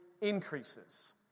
increases